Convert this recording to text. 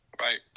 Right